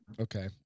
Okay